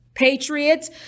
Patriots